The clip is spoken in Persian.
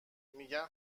میگن